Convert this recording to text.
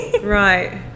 Right